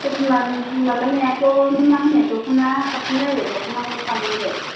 बरथ'मान माबानायाथ' मा होनो दख'नाया साबसिन जायो दख'नाखौ खालामदो